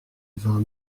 vint